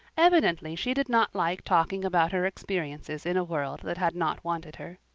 evidently she did not like talking about her experiences in a world that had not wanted her.